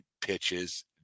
pitches